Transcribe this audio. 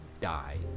die